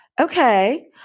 okay